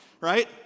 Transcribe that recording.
right